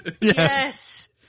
Yes